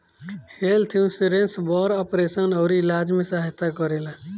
health insurance बड़ operation अउरी इलाज में सहायता करेला